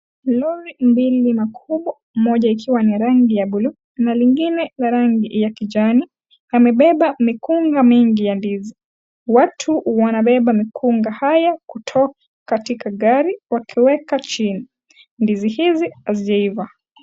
Lori mbili makubwa moja ikiwa ni rangi ya bulu na lingine la rangi ya kijani imebeba mikunga mingi ya ndizi, watu wanabeba mikunga haya kutoka katika gari wakiweka chini, ndizi hizi hazijaiva.